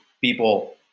people